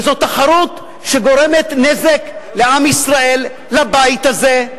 וזו תחרות שגורמת נזק לעם ישראל, לבית הזה,